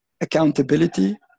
accountability